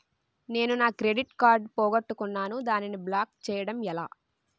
నేను నా credit card పోగొట్టుకున్నాను దానిని బ్లాక్ చేయడం ఎలా?